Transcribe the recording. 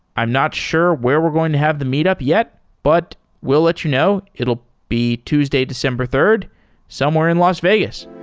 i'm not sure where we're going to have the meet up yet, but we'll let you know. it will be tuesday, december third somewhere in las vegas.